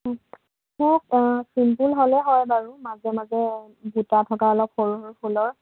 মোক ছিম্পুলপ হ'লে হয় বাৰু মাজে মাজে বুটা থকা আৰু সৰু সৰু ফুলৰ